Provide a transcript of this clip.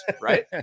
Right